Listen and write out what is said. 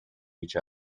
each